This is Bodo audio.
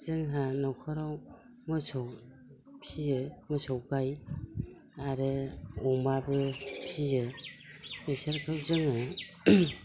जोंहा न'खराव मोसौ फियो मोसौ गाय आरो अमाबो फियो बिसोरखौ जोङो